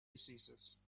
diseases